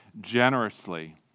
generously